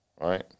Right